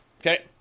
Okay